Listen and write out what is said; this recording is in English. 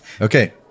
Okay